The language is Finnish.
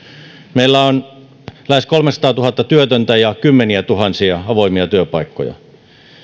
meillä on lähes kolmesataatuhatta työtöntä ja kymmeniätuhansia avoimia työpaikkoja